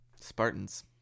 Spartans